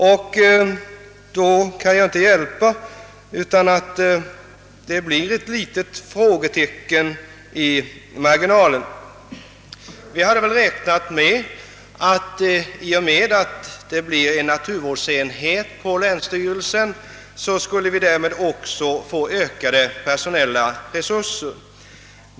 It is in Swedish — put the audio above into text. Jag kan inte hjälpa att jag då måste sätta ett litet frågetecken 1 marginalen. Vi hade väl räknat med att då det nu skall bli en naturvårdsenhet inom länsstyrelserna, så skulle vi därmed också få ökade personella resurser.